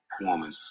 woman